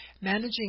managing